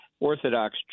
Orthodox